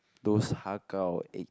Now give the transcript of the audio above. those har gow egg